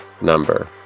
number